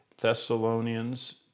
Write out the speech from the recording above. Thessalonians